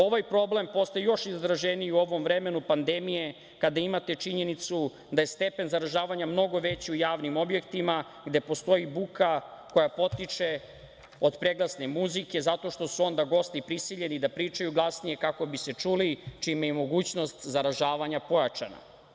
Ovaj problem postao je još izraženiji u ovom vremenu pandemije, kada imate činjenicu da je stepen zaražavanja mnogo veći u javnim objektima gde postoji buka koja potiče od preglasne muzike, zato što su onda gosti prisiljeni da pričaju glasnije kako bi se čuli, čime je i mogućnost zaražavanja pojačana.